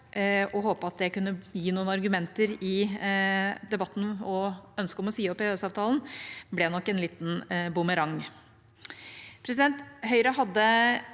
og håpe at det kunne gi noen argumenter i debatten og for ønsket om å si opp EØS-avtalen, ble nok en liten bumerang. Høyre hadde